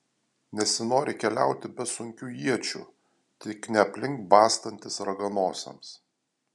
nesinori keliauti be sunkių iečių tik ne aplink bastantis raganosiams